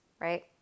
right